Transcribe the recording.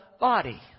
body